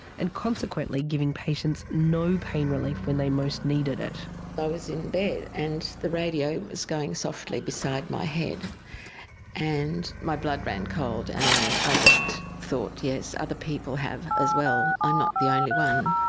and consequently giving patients no pain relief when they most needed it. i was in bed and the radio was going softly beside my head and my blood ran cold and i i just thought, yes, other people have as well, i'm not the only one.